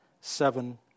seven